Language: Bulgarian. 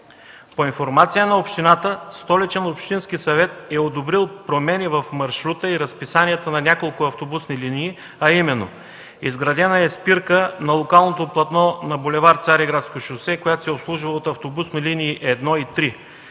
По информация на общината, Столичният общински съвет е одобрил промени в маршрута и разписанието на няколко автобусни линии, а именно – изградена е спирка на локалното платно на бул. „Цариградско шосе”, която се е обслужвала от автобусни линии с